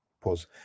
pause